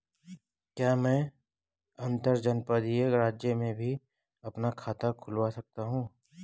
क्या मैं अंतर्जनपदीय राज्य में भी अपना खाता खुलवा सकता हूँ?